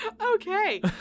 Okay